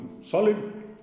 solid